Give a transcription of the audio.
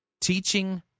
Teaching